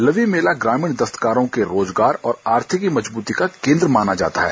लवी मेला ग्रामीण दस्तकारों के रोजगार और आर्थिक मजबूती का केंद्र मोना जाता है